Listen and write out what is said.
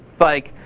like,